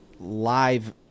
Live